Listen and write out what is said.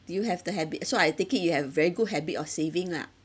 do you have the habit uh so I take it you have a very good habit of saving lah